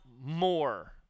more